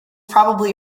probably